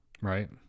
right